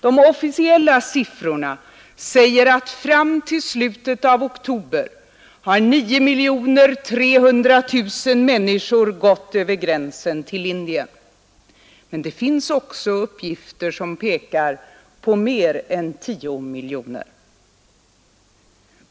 De officiella siffrorna säger att fram till slutet av oktober har 9 300 000 människor gått över gränsen till Indien. Men det finns också uppgifter som pekar på mer än 10 miljoner.